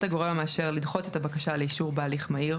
הגורם המאשר לדחות את הבקשה לאישור בהליך מהיר,